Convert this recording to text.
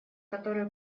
которую